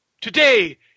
today